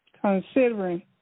considering